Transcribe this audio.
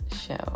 show